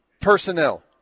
personnel